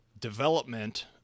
development